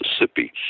Mississippi